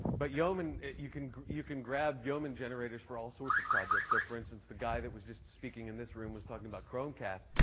but yeoman you can you can grab yeoman generators for all sorts of projects. so for instance, the guy that was just speaking in this room was talking about chromecast.